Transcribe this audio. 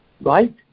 right